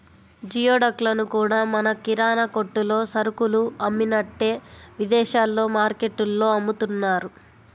geoduck లను కూడా మన కిరాణా కొట్టుల్లో సరుకులు అమ్మినట్టే విదేశాల్లో మార్టుల్లో అమ్ముతున్నారు